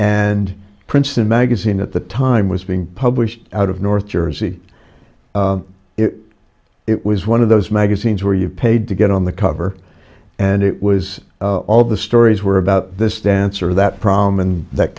and princeton magazine at the time was being published out of north jersey it was one of those magazines where you paid to get on the cover and it was all the stories were about this dancer that prom and that